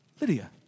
Lydia